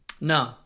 No